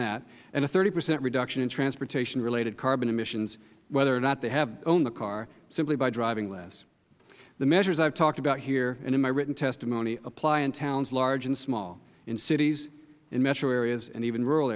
that and a thirty percent reduction in transportation related carbon emissions whether or not they own the car simply by driving less the measures i have talked about here and in my written testimony apply in towns large and small in cities in metro areas and even rural